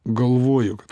galvojo kad